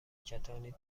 کتانی